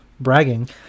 bragging